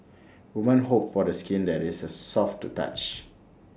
woman hope for the skin that is A soft to touch